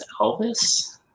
Elvis